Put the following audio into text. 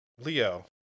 Leo